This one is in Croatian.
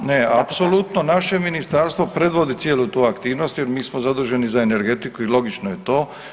Da, ne, apsolutno naše ministarstvo predvodi cijelu tu aktivnost jer mi smo zaduženi za energetiku i logično je to.